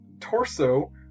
torso